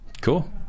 Cool